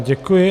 Děkuji.